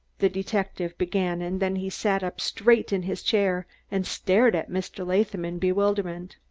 the detective began and then he sat up straight in his chair and stared at mr. latham in bewilderment.